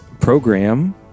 program